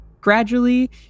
Gradually